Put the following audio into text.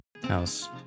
House